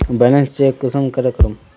Balance check कुंसम करे करूम?